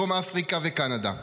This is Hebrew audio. דרום אפריקה וקנדה.